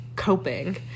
Coping